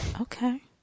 okay